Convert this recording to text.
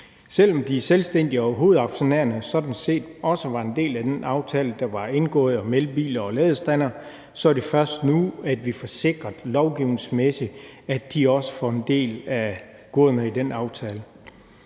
Selv om de selvstændige og hovedaktionærerne sådan set også var en del af den aftale, der var indgået om elbiler og ladestandere, er det først nu, vi lovgivningsmæssigt får sikret, at de også får en del af goderne i den aftale.